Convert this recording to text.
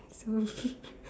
your set